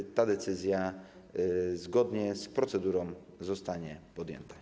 I ta decyzja zgodnie z procedurą zostanie podjęta.